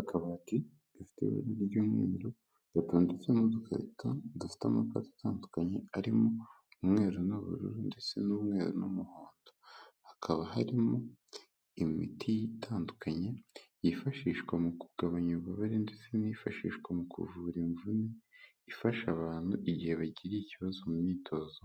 Akabati gafite ibara ry'umweru gatondetsemo udukweto dufite amabara atandukanye arimo umweru n'ubururu ndetse n'umweru n'umuhondo, hakaba harimo imiti itandukanye yifashishwa mu kugabanya ububabare ndetse n'iyifashishwa mu kuvura imvune, ifasha abantu igihe bagize ikibazo mu myitozo